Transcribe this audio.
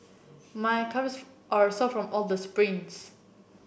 my calves are sore from all the sprints